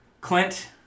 Clint